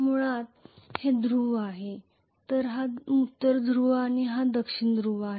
मुळात हे ध्रुव आहेत तर हा उत्तर ध्रुव आहे आणि हा दक्षिण ध्रुव आहे